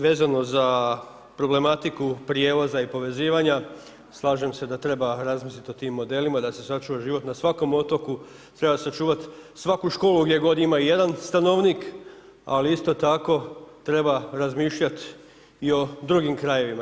Vezano za problematiku prijevoza i povezivanja, slažem se da treba razmislit o tim modelima da se sačuva život na svakom otoku, treba sačuvat svaku školu gdje god ima i jedan stanovnik, ali isto tako treba razmišljat i o drugim krajevima.